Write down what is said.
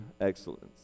excellence